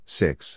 six